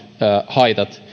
haitat